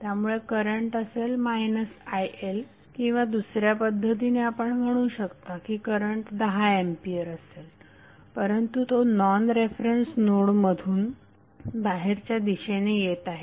त्यामुळे करंट असेल iLकिंवा दुसऱ्या पद्धतीने आपण म्हणू शकता की करंट 10 एंपियर असेल परंतु तो नॉन रेफरन्स नोडमधून बाहेरच्या दिशेने येत आहे